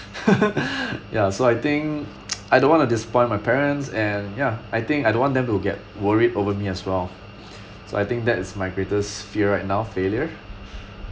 ya so I think I don't want to disappoint my parents and ya I think I don't want them to get worried over me as well so I think that is my greatest fear right now failure